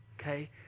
Okay